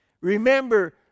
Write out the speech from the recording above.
Remember